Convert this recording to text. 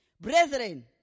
Brethren